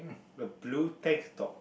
a blue tank top